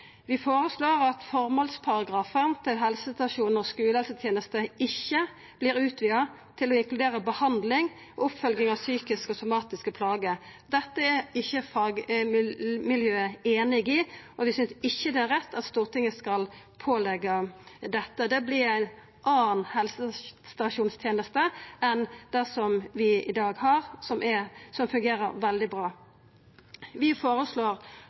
Vi føreslår at føremålsparagrafen til helsestasjons- og skulehelsetenesta ikkje vert utvida til å inkludera behandling og oppfølging av psykiske og somatiske plager. Fagmiljøet er einig i den vurderinga, og vi synest ikkje det er rett at Stortinget skal påleggja dette. Det vert ei anna helsestasjonsteneste enn vi har i dag, som fungerer veldig bra. Vi føreslår